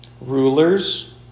Rulers